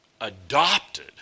adopted